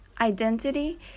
identity